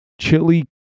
Chili